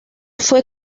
fue